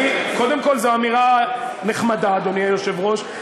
קודם כול, זו אמירה נחמדה, אדוני היושב-ראש.